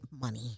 money